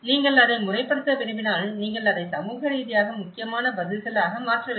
நீங்கள் அதை முறைப்படுத்த விரும்பினால் நீங்கள் அதை சமூக ரீதியாக முக்கியமான பதில்களாக மாற்ற வேண்டும்